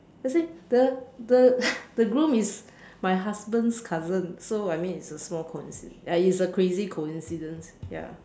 I say the the the groom is my husband's cousin so I mean it's a small coinci~ ya it's a crazy coincidence ya